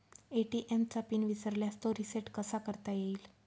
ATM चा PIN विसरल्यास तो रिसेट कसा करता येईल?